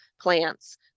plants